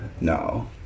No